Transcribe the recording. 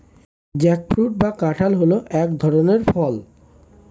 jackfruit বা কাঁঠাল হল এক ধরনের ফল